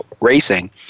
Racing